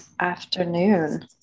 afternoon